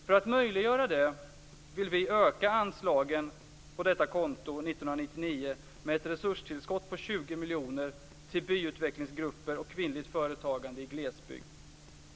För att möjliggöra detta vill vi öka anslagen på detta konto 1999 med ett resurstillskott på 20 miljoner till byutvecklingsgrupper och kvinnligt företagande i glesbygd.